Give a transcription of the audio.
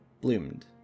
bloomed